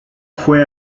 fue